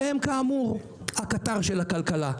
שהם כאמור הקטר של הכלכלה.